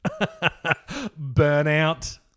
burnout